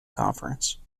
conference